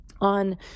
on